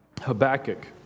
Habakkuk